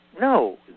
No